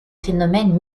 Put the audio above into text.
phénomènes